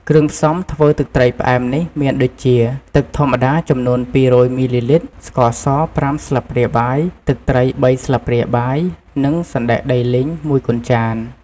គ្រឿងផ្សំធ្វើទឹកត្រីផ្អែមនេះមានដូចជា ទឹកធម្មតាចំនួន ២០០មីលីលីត្រ ស្ករស ប្រាំស្លាបព្រាបាយ ទឹកត្រីបីស្លាបព្រាបាយ និងសណ្ដែកដីលីងមួយកូនចាន ។